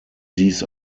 dies